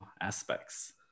aspects